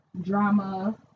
drama